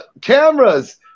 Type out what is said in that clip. cameras